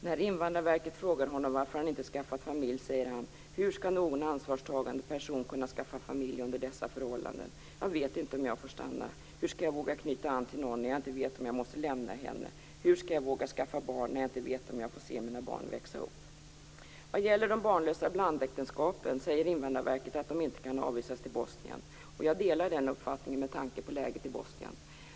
När Invandrarverket frågade honom varför han inte skaffar familj säger han: Hur skall någon ansvarstagande person kunna skaffa familj under dessa förhållanden? Jag vet inte om jag får stanna. Hur skall jag våga knyta an till någon när jag inte vet om jag måste lämna henne? Hur skall jag våga skaffa barn när jag inte vet om jag får se mina barn växa upp? Vad gäller människorna i de barnlösa blandäktenskapen säger Invandrarverket att de inte kan avvisas till Bosnien. Jag delar den uppfattningen, med tanke på läget i Bosnien.